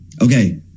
Okay